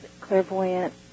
clairvoyant